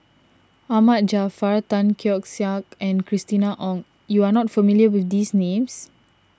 Ahmad Jaafar Tan Keong Saik and Christina Ong you are not familiar with these names